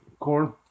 Corn